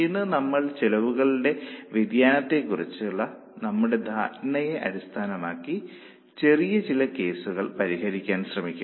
ഇന്ന് നമ്മൾ ചെലവുകളുടെ വ്യതിയാനത്തെക്കുറിച്ചുള്ള നമ്മുടെ ധാരണകളെ അടിസ്ഥാനമാക്കി ചെറിയ ചില കേസുകൾ പരിഹരിക്കാൻ ശ്രമിക്കും